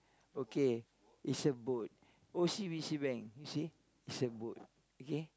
okay is a boat O_C_B_C bank you see is a boat okay